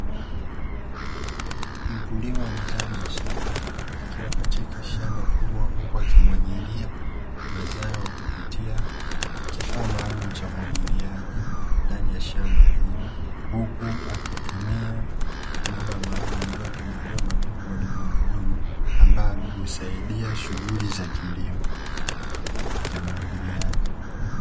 Mkulima wa mazao ya biashara, akiwa katika shamba kubwa, huku akimwagilia mazao kupitia kifaa maalumu cha umwagiliaji ndani ya shamba hilo, huku akitumia bomba maalumu lililotobolewa matundu madogomadogo, ambalo husaidia shughuli za kilimo cha umwagiliaji.